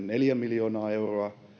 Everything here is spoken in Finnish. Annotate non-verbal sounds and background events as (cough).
(unintelligible) neljä miljoonaa euroa